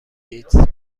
گیتس